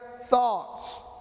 thoughts